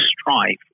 strife